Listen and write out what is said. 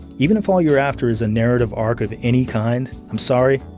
even if all you're after is a narrative arc of any kind, i'm sorry,